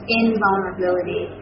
invulnerability